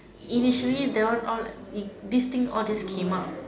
initially that one all this thing all just came out